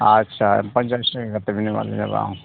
ᱟᱪᱪᱷᱟ ᱯᱚᱧᱪᱟᱥ ᱴᱟᱠᱟ ᱠᱟᱛᱮᱫ ᱵᱮᱱ ᱮᱢᱟ ᱞᱤᱧᱟ ᱵᱟᱝ